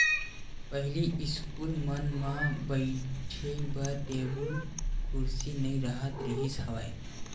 पहिली इस्कूल मन म बइठे बर टेबुल कुरसी नइ राहत रिहिस हवय